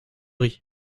riz